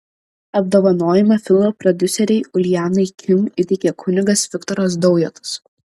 apdovanojimą filmo prodiuserei uljanai kim įteikė kunigas viktoras daujotas